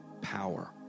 power